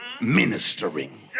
ministering